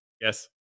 Yes